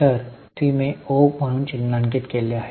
तर मी ते ओ म्हणून चिन्हांकित केले आहे